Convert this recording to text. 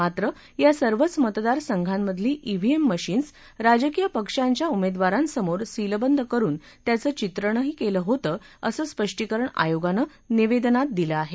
मात्र या सर्वच मतदारसंघांमधली ईव्हीएम मशीन्स राजकीय पक्षांच्या उमेदवारांसमोर सीलबंद करून त्याचं चित्रणही केलं होतं असं स्पष्टीकरण आयोगानं निवेदनात दिलं आहे